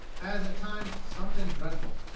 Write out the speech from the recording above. as at times something dreadful.